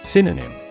Synonym